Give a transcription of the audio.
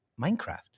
Minecraft